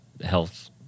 health